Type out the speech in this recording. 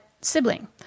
sibling